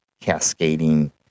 cascading